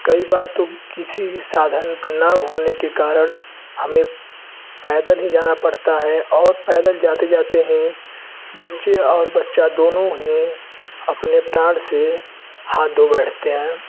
कई बार तो किसी भी साधन ना होने के कारण हमें पैदल ही जाना पड़ता है और पैदल जाते जाते हीं जच्चे और बच्चा दोनो हीं अपने प्राण से हाथ धो बैठते हैं